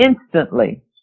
instantly